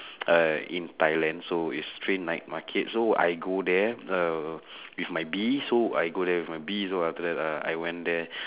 uh in thailand so is train night market so I go there uh with my B so I go there with my B so after that uh I went there